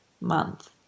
month